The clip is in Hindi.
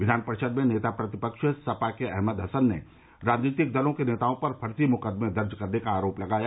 विधान परिषद में नेता प्रतिपक्ष सपा के अहमद हसन ने राजनीतिक दलों के नेताओं पर फर्जी मुकदमें दर्ज करने का आरोप लगाया